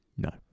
No